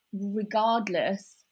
regardless